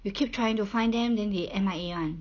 you keep trying to find them then they M_I_A [one]